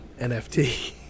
NFT